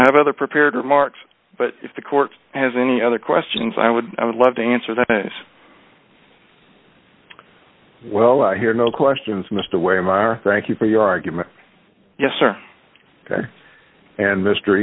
i have other prepared remarks but if the court has any other questions i would i would love to answer that well i hear no questions mr way myra thank you for your argument yes sir ok and mr